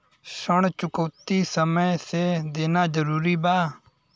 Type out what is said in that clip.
ऋण चुकौती समय से देना जरूरी बा?